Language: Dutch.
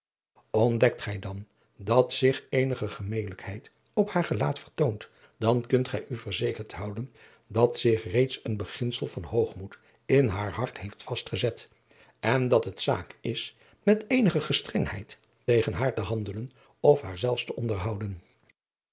hillegonda buisman dat zich eenige gemelijkheid op haar gelaat vertoont dan kunt gij u verzekerd houden dat zich reeds een beginsel van hoogmoed in haar hart heeft vastgezet en dat het zaak is met eenige gestrengheid tegen haar te handelen of haar zelfs te onderhouden